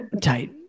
tight